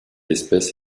espèce